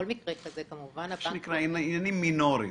מה שנקרא, עניינים מינוריים.